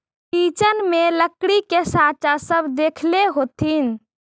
kitchen में लकड़ी के साँचा सब देखले होथिन